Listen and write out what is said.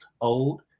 old